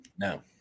No